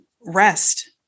rest